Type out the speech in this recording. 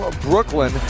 Brooklyn